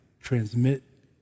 transmit